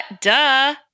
duh